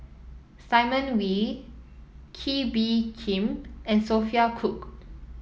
Simon Wee Kee Bee Khim and Sophia Cooke